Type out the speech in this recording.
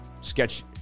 Sketch